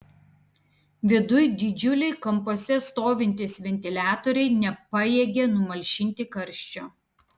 viduj didžiuliai kampuose stovintys ventiliatoriai nepajėgė numalšinti karščio